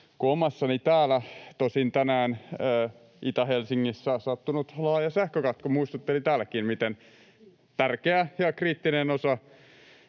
kuin omassani. Tosin tänään Itä-Helsingissä sattunut laaja sähkökatko muistutteli täälläkin, miten tärkeä ja kriittinen osa